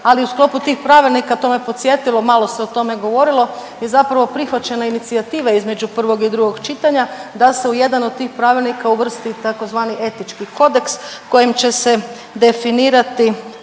Ali u sklopu tih pravilnika, to me podsjetilo, malo se o tome govorilo, je zapravo prihvaćena inicijativa između prvog i drugog čitanja da se u jedan od tih pravilnika uvrsti tzv. etički kodeks kojim će se definirati